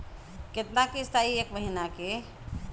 कितना किस्त आई एक महीना के?